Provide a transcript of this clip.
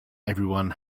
everyone